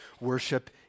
Worship